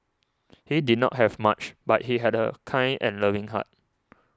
he did not have much but he had a kind and loving heart